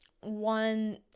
one